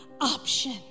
option